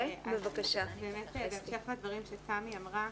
אז באמת בהמשך לדברים שתמי אמרה,